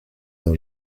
d’un